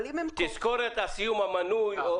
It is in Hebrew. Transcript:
אבל אם הם כורכים --- תזכורת על סיום המנוי או